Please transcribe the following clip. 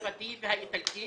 הצרפתי והאיטלקי